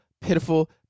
pitiful